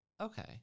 okay